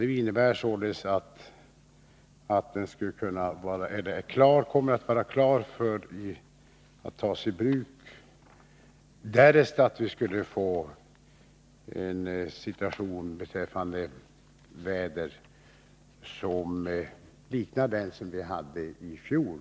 Det innebär således att den kommer att vara klar att Nr 24 tasibruk, därest vi skulle få en vädersituation liknande den vi hade mellan jul Torsdagen den och nyår i fjol.